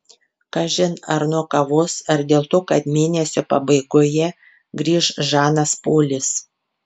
kažin ar nuo kavos ar dėl to kad mėnesio pabaigoje grįš žanas polis